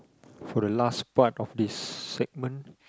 for the last part of this segment